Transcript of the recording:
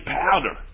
powder